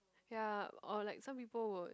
ya or like some people would